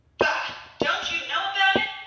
bah, don't you know about it?